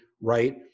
right